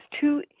two